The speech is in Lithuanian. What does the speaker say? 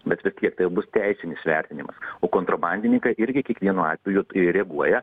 bet vis tiek tai jau bus teisinis vertinimas o kontrabandininkai irgi kiekvienu atveju i reaguoja